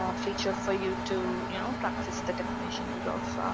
um feature for you to you know practice the definitions of